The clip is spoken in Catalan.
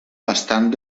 bastant